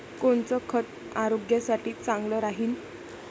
कोनचं खत आरोग्यासाठी चांगलं राहीन?